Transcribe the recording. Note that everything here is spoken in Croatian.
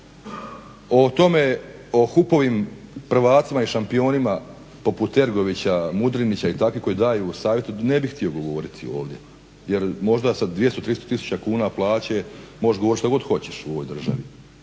O tome, o HUP-ovim prvacima i šampionima poput Ergovića, Mudrinića i takvih koji daje savjete ne bih htio govoriti ovdje, jer možda sa 200, 300 tisuća kuna plaće možeš govorit što god hoćeš u ovoj državi,